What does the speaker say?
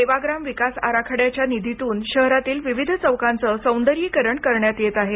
सेवाग्राम विकास आराखड्याच्या निधीतून शहरातील विविध चौकांचं सौंदर्यीकरण करण्यात आलं आहे